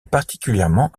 particulièrement